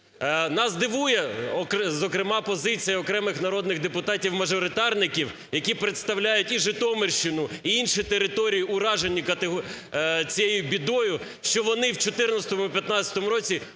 Нас дивує, зокрема, позиція окремих народних депутатів-мажоритарників, які представляють і Житомирщину, і інші території, уражені цією бідою, що вони в 2014 і 2015 році